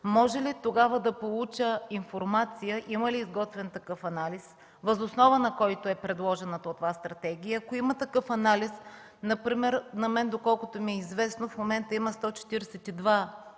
Може ли тогава да получа информация, има ли изготвен такъв анализ, въз основа на който е предложената от Вас стратегия? Ако има такъв анализ, например на мен доколкото ми е известно, в момента има 142 действащи